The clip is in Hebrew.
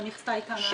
המכסה הייתה 400?